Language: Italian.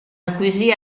acquisì